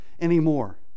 anymore